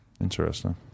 Interesting